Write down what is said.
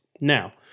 Now